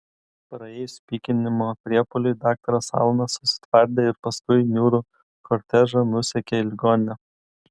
praėjus pykinimo priepuoliui daktaras alanas susitvardė ir paskui niūrų kortežą nusekė į ligoninę